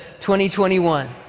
2021